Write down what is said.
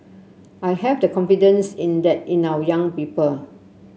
I have the confidence in that in our young people